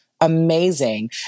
amazing